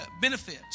Benefits